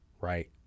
right